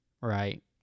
right